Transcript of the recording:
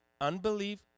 unbelief